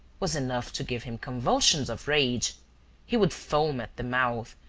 was enough to give him convulsions of rage he would foam at the mouth,